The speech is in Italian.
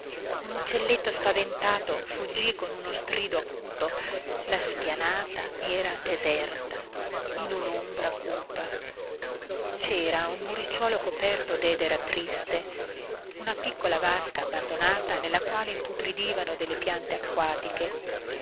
un uccelletto spaventato fuggì con uno strido acuto la spianata era deserta in un'ombra cupa c'era un muricciuolo coperto d'edera triste una piccola vasca abbandonata nella quale imputridivano delle piante acquatiche